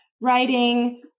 writing